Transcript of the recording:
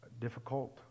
difficult